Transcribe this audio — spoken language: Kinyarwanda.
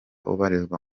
ubarizwa